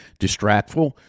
distractful